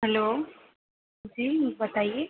hello جی بتائیے